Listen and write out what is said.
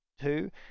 two